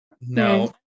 No